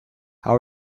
how